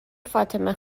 فاطمه